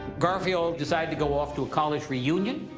garfield decides to go off to a college reunion.